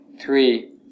three